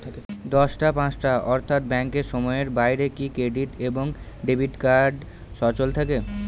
দশটা পাঁচটা অর্থ্যাত ব্যাংকের সময়ের বাইরে কি ক্রেডিট এবং ডেবিট কার্ড সচল থাকে?